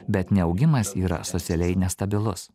bet neaugimas yra socialiai nestabilus